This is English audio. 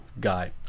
guy